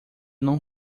não